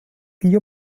hier